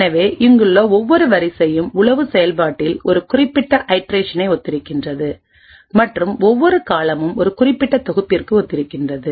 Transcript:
எனவே இங்குள்ள ஒவ்வொரு வரிசையும் உளவு செயல்பாட்டில் ஒரு குறிப்பிட்ட ஐட்ரேஷனை ஒத்திருக்கிறது மற்றும் ஒவ்வொரு காலமும் ஒரு குறிப்பிட்ட தொகுப்பிற்கு ஒத்திருக்கிறது